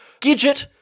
Gidget